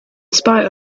spite